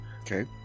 Okay